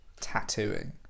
tattooing